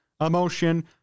emotion